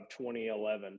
2011